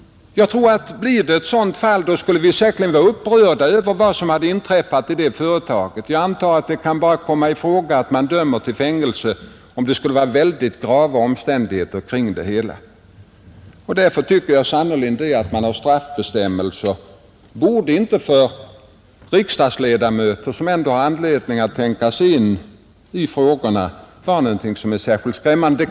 Om det förekommer ett sådant fall, skulle vi säkerligen vara upprörda över vad som hade inträffat i det företaget. Jag utgår ifrån att också där kan komma i fråga att döma till fängelse endast om mycket grava omständigheter skulle föreligga. För riksdagsledamöter, som ändå har anledning att tänka sig in i frågorna, borde straffbestämmelser inte vara särskilt skrämmande.